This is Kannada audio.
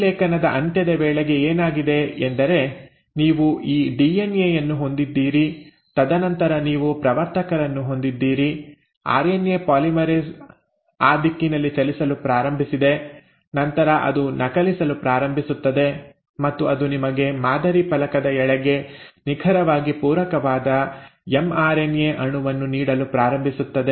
ಪ್ರತಿಲೇಖನದ ಅಂತ್ಯದ ವೇಳೆಗೆ ಏನಾಗಿದೆ ಎಂದರೆ ನೀವು ಈ ಡಿಎನ್ಎ ಯನ್ನು ಹೊಂದಿದ್ದೀರಿ ತದನಂತರ ನೀವು ಪ್ರವರ್ತಕರನ್ನು ಹೊಂದಿದ್ದೀರಿ ಆರ್ಎನ್ಎ ಪಾಲಿಮರೇಸ್ ಆ ದಿಕ್ಕಿನಲ್ಲಿ ಚಲಿಸಲು ಪ್ರಾರಂಭಿಸಿದೆ ನಂತರ ಅದು ನಕಲಿಸಲು ಪ್ರಾರಂಭಿಸುತ್ತದೆ ಮತ್ತು ಅದು ನಿಮಗೆ ಮಾದರಿ ಫಲಕದ ಎಳೆಗೆ ನಿಖರವಾಗಿ ಪೂರಕವಾದ ಎಮ್ಆರ್ಎನ್ಎ ಅಣುವನ್ನು ನೀಡಲು ಪ್ರಾರಂಭಿಸುತ್ತದೆ